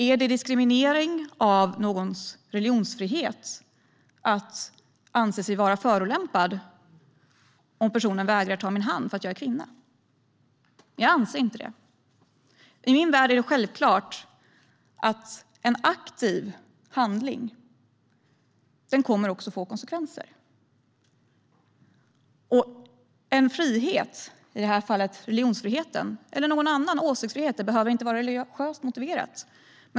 Är det diskriminering av någons religionsfrihet att anse sig vara förolämpad om personen vägrar ta ens hand för att man är kvinna? Jag anser inte det. I min värld är det självklart att en aktiv handling får konsekvenser. I det här fallet var det religionsfriheten, men en frihet eller en åsiktsfrihet behöver inte vara religiöst motiverad.